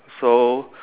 so